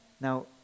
Now